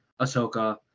Ahsoka